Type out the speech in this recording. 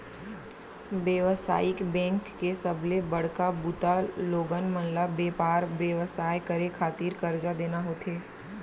बेवसायिक बेंक के सबले बड़का बूता लोगन मन ल बेपार बेवसाय करे खातिर करजा देना होथे